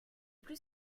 plus